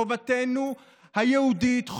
חובתנו היהודית,